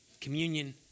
Communion